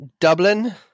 Dublin